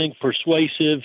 persuasive